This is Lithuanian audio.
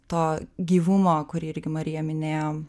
to gyvumo kurį irgi marija minėjo